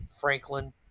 Franklin